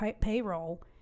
payroll